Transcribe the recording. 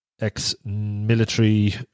ex-military